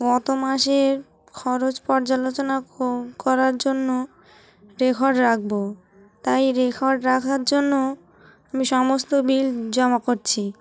গত মাসের খরচ পর্যালোচনা করার জন্য রেকর্ড রাখবো তাই রেকর্ড রাখার জন্য আমি সমস্ত বিল জমা করছি